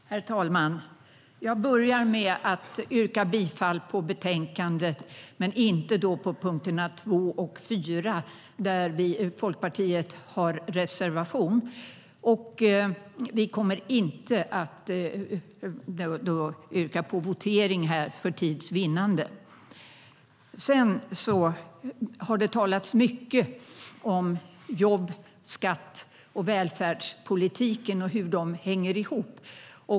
Herr talman! Jag börjar med att yrka bifall till utskottets förslag i betänkandet utom under punkterna 2 och 4, där Folkpartiet har reservationer. För tids vinnande kommer vi inte att begära votering. Det har talats mycket om jobb, skatt och välfärdspolitiken och hur detta hänger ihop.